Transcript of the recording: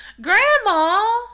Grandma